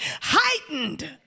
heightened